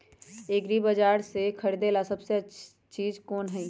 एग्रिबाजार पर से खरीदे ला सबसे अच्छा चीज कोन हई?